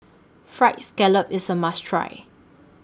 Fried Scallop IS A must Try